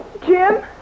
Jim